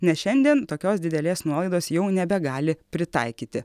nes šiandien tokios didelės nuolaidos jau nebegali pritaikyti